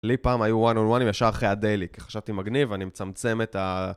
לי פעם היו וואן און וואנים ישר אחרי הדייליק, חשבתי מגניב ואני מצמצם את ה...